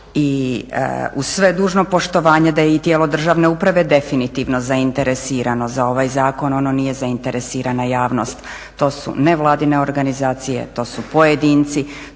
i uz sve dužno poštovanje da je i tijelo državne uprave definitivno zainteresirano za ovaj zakon ono nije zainteresirana javnost. To su nevladine organizacije, to su tko